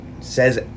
says